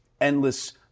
Endless